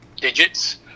digits